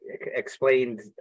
explained